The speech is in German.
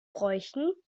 bräuchen